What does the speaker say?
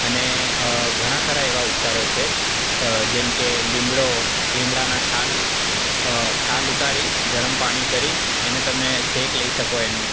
અને ઘણા ખરા એવા ઉપચારો છે જેમકે લીમડો લીમડાના છાલ છાલ ઉતારી ગરમ પાણી કરી એને તમે શેક લઈ શકો